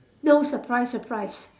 no surprise surprise